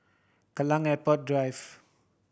Kallang Airport Drive